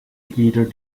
either